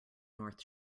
north